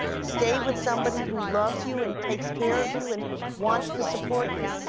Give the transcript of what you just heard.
stay with somebody who loves you, and takes care of you, and wants to support you.